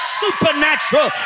supernatural